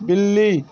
بلِّی